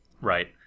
Right